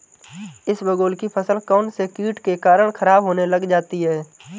इसबगोल की फसल कौनसे कीट के कारण खराब होने लग जाती है?